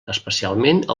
especialment